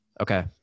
Okay